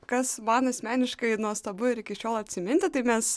kas man asmeniškai nuostabu ir iki šiol atsiminti tai mes